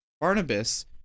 Barnabas